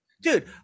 dude